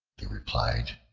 they replied,